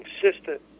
consistent